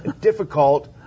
difficult